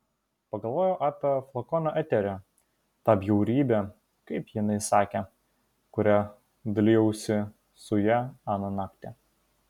pagalvojau apie flakoną eterio tą bjaurybę kaip jinai sakė kuria dalijausi su ja aną naktį